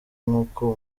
nk’uko